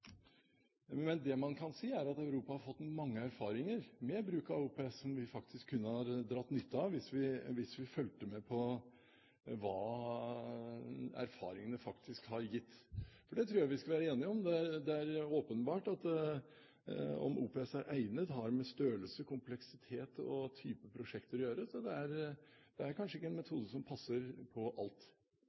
Men det man kan si, er at Europa har fått mange erfaringer med bruk av OPS som vi kunne dra nytte av, hvis vi fulgte med på hva erfaringene faktisk har vist, for jeg tror vi skal være enige om at det er åpenbart at om OPS er egnet, har med størrelse, kompleksitet og type prosjekter å gjøre. Så det er kanskje ikke en metode som passer på alt.